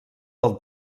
del